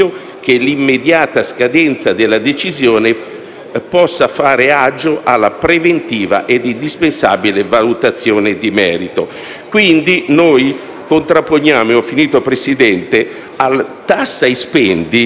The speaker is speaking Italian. che l'immediata scadenza della decisione possa fare agio alla preventiva ed indispensabile valutazione di merito. Noi contrapponiamo al «tassa e spendi»